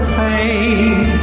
pain